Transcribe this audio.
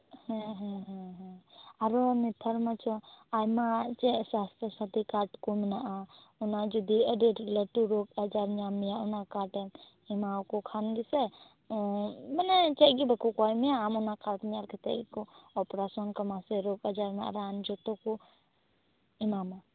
ᱦᱮᱸ ᱦᱮᱸ ᱦᱮᱸ ᱦᱮᱸ ᱟᱨᱚ ᱱᱮᱛᱟᱨ ᱢᱟ ᱪᱮᱫ ᱟᱭᱢᱟ ᱪᱮᱫ ᱥᱟᱥᱛᱷᱚ ᱥᱟᱛᱷᱤ ᱠᱟᱨᱰ ᱠᱚ ᱢᱮᱱᱟᱜ ᱟ ᱚᱱᱟ ᱡᱩᱫᱤ ᱟ ᱰᱤ ᱟ ᱰᱤ ᱞᱟ ᱴᱩ ᱨᱳᱜᱽ ᱟᱡᱟᱨ ᱧᱟᱢ ᱢᱮᱭᱟ ᱚᱱᱟ ᱠᱟᱨᱰᱮᱢ ᱮᱢᱟᱠᱚ ᱠᱷᱟᱱ ᱜᱮᱥᱮ ᱢᱟᱱᱮ ᱪᱮᱫ ᱜᱮ ᱵᱟᱠᱚ ᱠᱷᱚᱭ ᱢᱮᱭᱟ ᱟᱢ ᱟᱱᱟ ᱠᱟᱨᱰ ᱧᱮᱞ ᱠᱟᱛᱮ ᱜᱮᱠᱚ ᱚᱯᱨᱮᱥᱚᱱ ᱠᱟᱢᱟ ᱥᱮ ᱨᱚᱜᱽ ᱟᱡᱟᱨ ᱨᱮᱱᱟᱜ ᱨᱟᱱ ᱡᱚᱛᱚ ᱠᱚ ᱮᱢᱟᱢᱟ